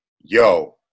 yo